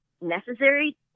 necessary